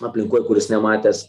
aplinkoj kuris nematęs